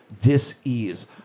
dis-ease